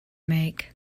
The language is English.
make